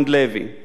שאלה שנייה,